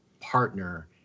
partner